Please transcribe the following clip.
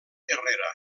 herrera